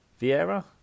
Vieira